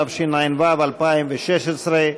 התשע"ו 2016,